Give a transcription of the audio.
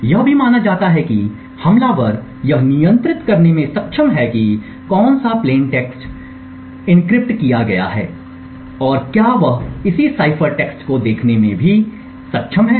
यह भी माना जाता है कि हमलावर यह नियंत्रित करने में सक्षम है कि कौन सा प्लेन टेक्स्ट एन्क्रिप्ट किया गया है और क्या वह इसी साइफर टेक्स्ट को देखने में भी सक्षम है